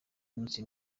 munsi